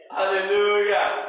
Hallelujah